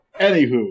Anywho